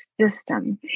system